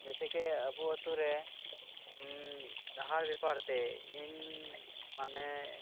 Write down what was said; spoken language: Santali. ᱡᱮᱥᱮᱠᱮ ᱟᱵᱚ ᱟᱹᱛᱳ ᱨᱮ ᱰᱟᱦᱟᱨ ᱵᱮᱯᱟᱨ ᱛᱮ ᱤᱧ ᱢᱟᱱᱮ